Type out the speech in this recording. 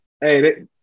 hey